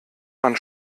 man